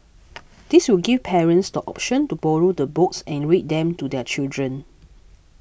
this will give parents the option to borrow the books and read them to their children